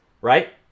right